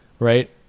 Right